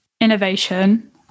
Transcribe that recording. innovation